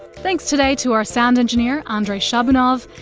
thanks today to our sound engineer andrei shabunov,